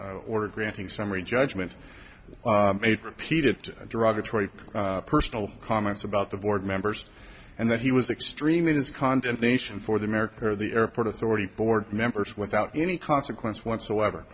it's order granting summary judgment made repeated derogatory personal comments about the board members and that he was extremely his condemnation for the america or the airport authority board members without any consequence whatsoever